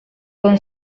con